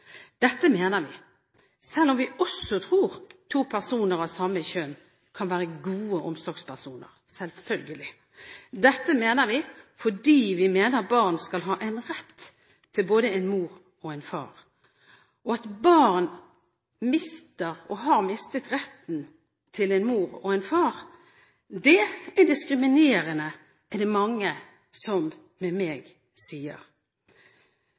Dette mener vi, selv om vi også tror at to personer av samme kjønn kan være gode omsorgspersoner – selvfølgelig. Dette mener vi, fordi vi mener at barn skal ha en rett til både en mor og en far. At barn mister og har mistet retten til en mor og en far, er diskriminerende, er det mange med meg som sier.